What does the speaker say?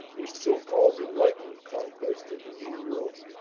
their so called enlightened conquest of the new world.